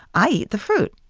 i eat the fruit,